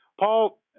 Paul